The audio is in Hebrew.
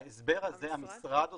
את ההסבר הזה המשרד עושה,